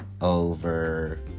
over